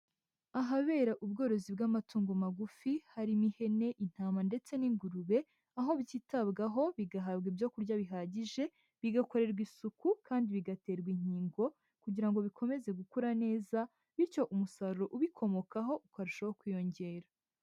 Ahabera ubworozi bw'amatungo magufi harimo ihene, intama ndetse n'ingurube, aho byitabwaho bigahabwa ibyo kurya bihagije, bigakorerwa isuku kandi bigaterwa inkingo kugira ngo bikomeze gukura neza, bityo umusaruro ubikomokaho ukarushaho kwiyongera.